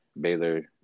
Baylor